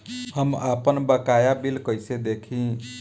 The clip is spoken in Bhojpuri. हम आपनबकाया बिल कइसे देखि?